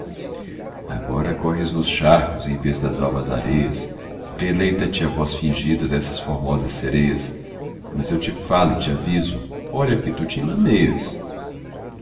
agora corres nos charcos em vez das alvas areias deleita te a voz fingida dessas formosas sereias mas eu te falo e te aviso olha que tu te enlameias